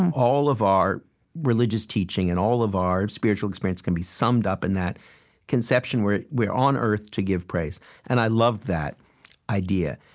all of our religious teaching and all of our spiritual experience can be summed up in that conception we're we're on earth to give praise and i love that idea.